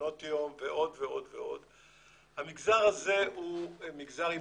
מעונות יום ועוד המגזר הזה הוא מגזר עם